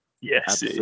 Yes